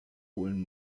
holen